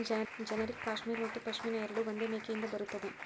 generic cashmere ಮತ್ತು ಪಶ್ಮಿನಾ ಎರಡೂ ಒಂದೇ ಮೇಕೆಯಿಂದ ಬರುತ್ತದೆ